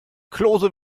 klose